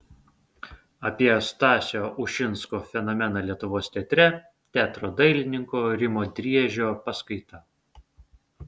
apie stasio ušinsko fenomeną lietuvos teatre teatro dailininko rimo driežio paskaita